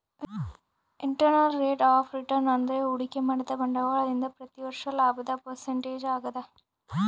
internal rate of return ಅಂದ್ರೆ ಹೂಡಿಕೆ ಮಾಡಿದ ಬಂಡವಾಳದಿಂದ ಪ್ರತಿ ವರ್ಷ ಲಾಭದ ಪರ್ಸೆಂಟೇಜ್ ಆಗದ